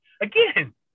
again